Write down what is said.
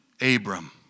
Abram